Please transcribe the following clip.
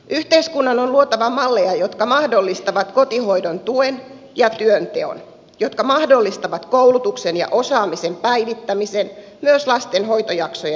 yhteiskunnan on luotava malleja jotka mahdollistavat kotihoidon tuen ja työnteon jotka mahdollistavat koulutuksen ja osaamisen päivittämisen myös lasten hoitojaksojen aikana